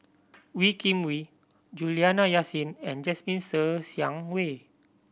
Wee Kim Wee Juliana Yasin and Jasmine Ser Xiang Wei